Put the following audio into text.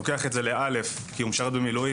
לוקח את זה ל-א' אם הוא משרת במילואים